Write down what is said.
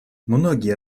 многие